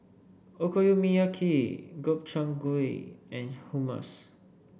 Okonomiyaki Gobchang Gui and Hummus